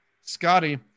Scotty